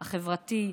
החברתי,